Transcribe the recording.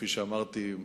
כפי שאמרתי,